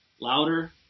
louder